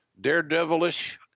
daredevilish